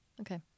Okay